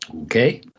Okay